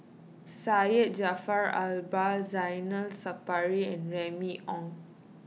Syed Jaafar Albar Zainal Sapari and Remy Ong